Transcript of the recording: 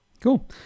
Cool